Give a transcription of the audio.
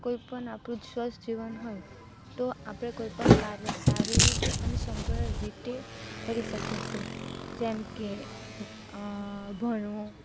કોઈપણ આપણું સ્વસ્થ જીવન હોય તો આપણે કોઈપણ કાર્ય સારી રીતે અને સંપૂર્ણ રીતે કરી શકીએ છીએ જેમ કે ભણવું